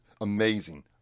Amazing